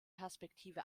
perspektive